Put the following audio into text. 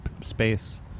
space